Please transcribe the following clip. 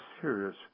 serious